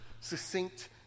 succinct